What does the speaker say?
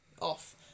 off